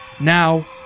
now